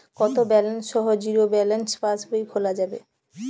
কত ব্যালেন্স সহ zero balance পাসবই খোলা যাবে?